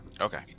Okay